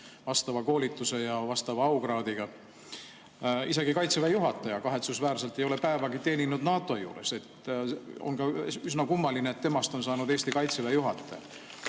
vastava koolituse ja vastava aukraadiga. Isegi Kaitseväe juhataja ei ole kahetsusväärselt päevagi teeninud NATO juures. On üsna kummaline, et temast on saanud Eesti Kaitseväe juhataja.